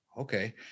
okay